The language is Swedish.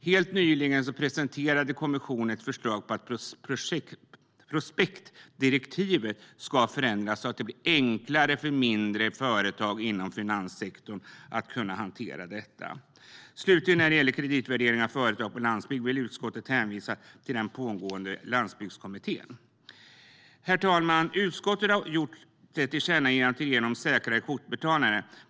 Helt nyligen presenterade kommissionen ett förslag om att prospektdirektivet ska förändras så att det blir enklare för mindre företag inom finanssektorn att kunna hantera detta. När det gäller kreditvärdering av företag på landsbygd vill utskottet hänvisa till den pågående landsbygdskommittén. Herr talman! Utskottet har gjort ett tillkännagivande till regeringen om säkrare kortbetalningar.